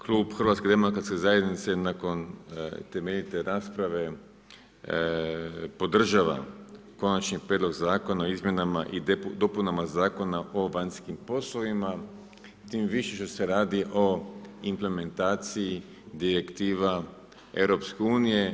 Klub HDZ-a nakon temeljite rasprave podržava Konačni prijedlog zakona o izmjenama i dopunama Zakona o vanjskim poslovima tim više što se radi o implementaciji direktiva EU.